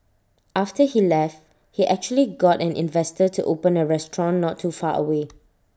after he left he actually got an investor to open A restaurant not too far away